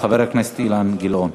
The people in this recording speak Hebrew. חבר הכנסת אילן גילאון.